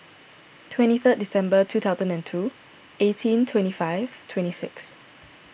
twenty third December two thousand and two eighteen twenty five twenty six